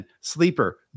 Sleeper